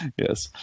Yes